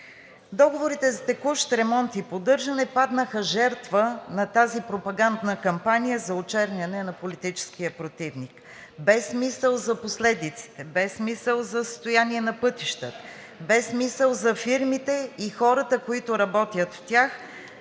Договорите за текущ ремонт и поддържане паднаха жертва на тази пропагандна кампания за очерняне на политическия противник без мисъл за последиците, без мисъл за състояние на пътища, без мисъл за фирмите и хората, които работят в тях,